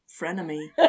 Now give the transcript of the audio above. frenemy